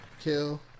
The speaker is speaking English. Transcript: kill